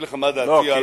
מייד אגיד לך מה דעתי על,